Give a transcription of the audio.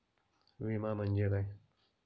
विमा म्हणजे काय?